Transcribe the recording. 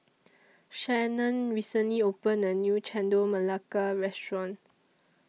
Shannan recently opened A New Chendol Melaka Restaurant